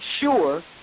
sure